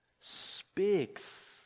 speaks